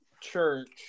church